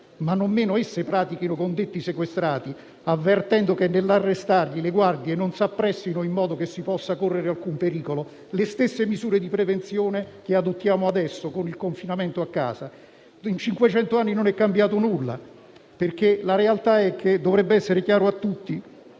ma non meno esse pratichino con detti sequestrati, avvertendo che nell'arrestarli le guardie non si appressino, in modo che si possa correre alcun pericolo. Le stesse misure di prevenzione le adottiamo adesso con il confinamento a casa. In cinquecento anni non è cambiato nulla. Dovrebbe essere chiaro a tutti